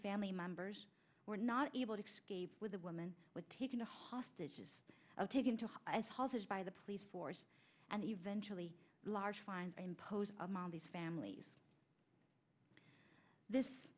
family members were not able to escape with the woman with taking a hostage is taken to her as hostage by the police force and eventually large fines imposed among these families this